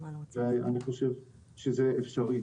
ואני חושב שזה אפשרי.